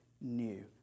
new